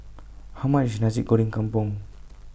How much IS Nasi Goreng Kampung